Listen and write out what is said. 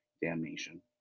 damnation